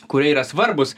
kurie yra svarbūs